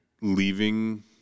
leaving